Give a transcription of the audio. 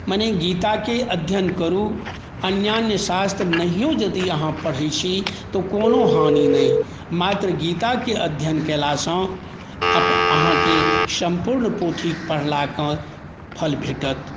माने गीताके अध्ययन करु अन्यान्य शास्त्र नहियो यदि अहाँ पढ़ै छी तऽ कोनो हानी नहि मात्र गीता केर अध्ययन कयला सॅं अहाँके सम्पूर्ण पोथी पढलाक फल भेटत